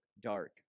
dark